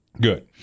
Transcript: Good